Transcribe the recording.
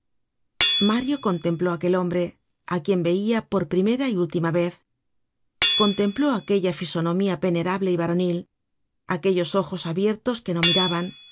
mario contempló aquel hombre á quien veia por primera y última vez contempló aquella fisonomía venerable y varonil aquellos ojos abiertos que no miraban